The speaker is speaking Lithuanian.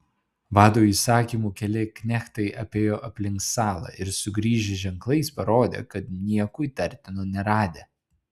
vado įsakymu keli knechtai apėjo aplink salą ir sugrįžę ženklais parodė kad nieko įtartino neradę